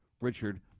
Richard